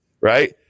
Right